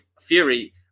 Fury